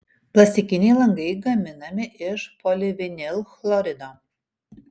plastikiniai langai gaminami iš polivinilchlorido